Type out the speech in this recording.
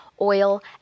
oil